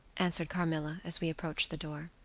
answered carmilla, as we approached the door.